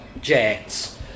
jets